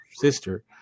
sister